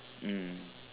mm